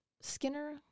Skinner